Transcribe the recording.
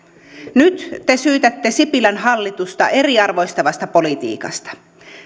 nyt te syytätte sipilän hallitusta eriarvoistavasta politiikasta